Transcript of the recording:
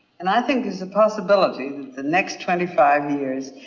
and i think there's a possibility that the next twenty five years,